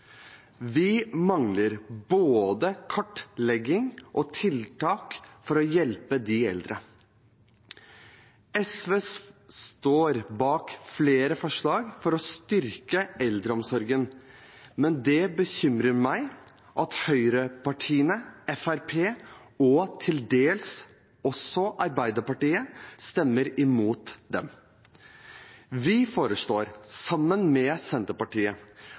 Vi mangler både kartlegging og tiltak for å hjelpe de eldre. SV står bak flere forslag for å styrke eldreomsorgen, men det bekymrer meg at høyrepartiene og til dels også Arbeiderpartiet stemmer imot dem. Vi foreslår, sammen med Senterpartiet,